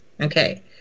Okay